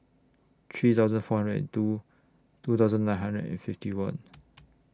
three thousand four hundred and two two thousand nine hundred and fifty one